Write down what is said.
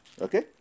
Okay